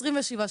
27 שקלים.